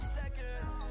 seconds